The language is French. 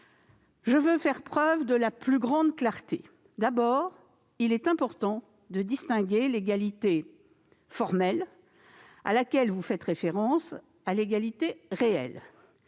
je veux faire preuve de la plus grande clarté. D'abord, il est important de distinguer l'égalité « formelle », à laquelle vous faites référence, de l'égalité « réelle